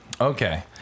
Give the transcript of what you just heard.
Okay